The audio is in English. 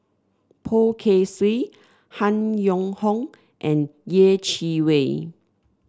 Poh Kay Swee Han Yong Hong and Yeh Chi Wei